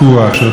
תברואה,